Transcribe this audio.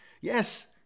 Yes